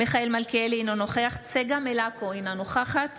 מיכאל מלכיאלי, אינו נוכח צגה מלקו, אינה נוכחת